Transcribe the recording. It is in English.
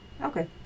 Okay